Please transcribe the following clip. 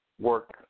work